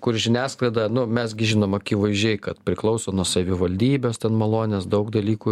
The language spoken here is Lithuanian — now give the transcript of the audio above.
kur žiniasklaida nu mes gi žinom akivaizdžiai kad priklauso nuo savivaldybės ten malonės daug dalykų